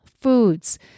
foods